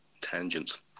tangents